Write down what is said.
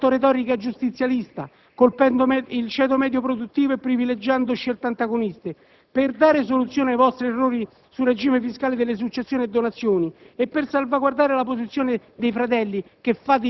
Avete fatto retorica giustizialista, colpendo il ceto medio produttivo e privilegiando scelte antagoniste. Per dare soluzione ai vostri errori sul regime fiscale delle successioni e donazioni e per salvaguardare la posizione dei fratelli,